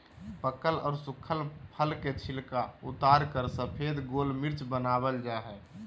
पकल आर सुखल फल के छिलका उतारकर सफेद गोल मिर्च वनावल जा हई